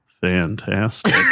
fantastic